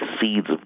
seeds